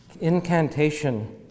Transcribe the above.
incantation